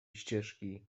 ścieżki